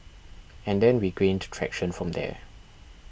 and then we gained traction from there